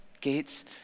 gates